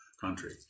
country